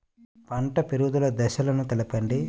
పంట పెరుగుదల దశలను తెలపండి?